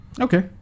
Okay